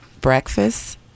breakfast